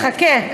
רגע, חכה,